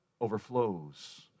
overflows